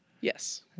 yes